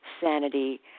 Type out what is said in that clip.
sanity